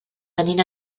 tenint